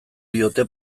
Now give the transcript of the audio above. diote